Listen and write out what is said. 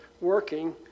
working